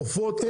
העופות.